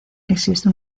existe